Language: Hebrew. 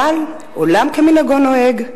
אבל עולם כמנהגו נוהג,